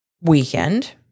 weekend